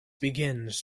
begins